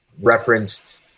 referenced